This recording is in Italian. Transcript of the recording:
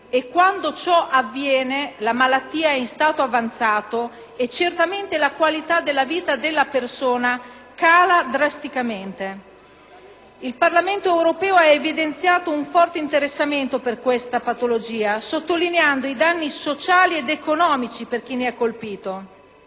e quando ciò avviene la malattia è in stato avanzato e certamente la qualità della vita della persona cala drasticamente. Il Parlamento europeo ha mostrato un forte interessamento per questa patologia, sottolineando i danni sociali ed economici per chi ne è colpito.